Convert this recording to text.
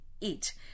eat